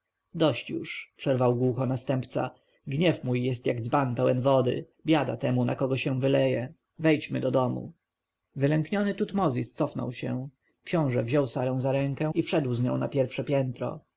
dość już przerwał głucho następca gniew mój jest jak dzban pełen wody biada temu na kogo się wyleje wejdźmy do domu wylękniony tutmozis cofnął się książę wziął sarę za rękę i wszedł z nią na pierwsze piętro